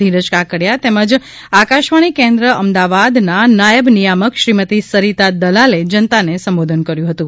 ધીરજ કાકડીયા તેમજ આકાશવાણી કેન્દ્ર અમદાવાદના નાયબ નિયામક શ્રીમતી સરીતા દલાલે જનતાને સંબોધન કર્યું હતું